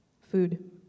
Food